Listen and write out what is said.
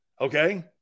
Okay